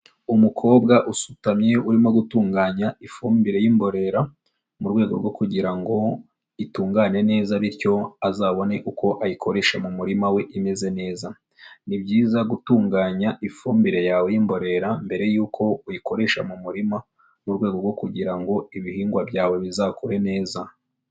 Umukobwa usutamye, urimo gutunganya ifumbire y'imborera, mu rwego rwo kugira ngo itungane neza bityo azabone uko ayikoresha mu murima we imeze neza, ni byiza gutunganya ifumbire yawe y'imborera mbere y'uko uyikoresha mu murima mu rwego rwo kugira ngo ibihingwa byawe bizakure neza.